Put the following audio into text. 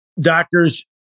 doctors